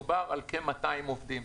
כ-200 עובדים.